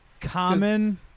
Common